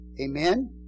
Amen